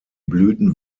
blüten